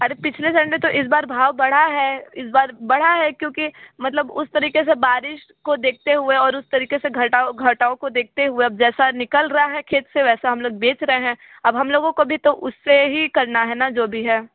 अरे पिछले संडे तो इस बार भाव बढ़ा है इस बार बढ़ा है क्योंकि मतलब उस तरीक़े से बारिश को देखते हुए और उस तरीक़े से घटाव घटाव को देखते हुए अब जैसा निकल रहा है खेत से वैसा हम लोग बेच रहे हैं अब हम लोगों को भी तो उससे ही करना है ना जो भी है